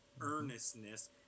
earnestness